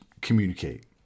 communicate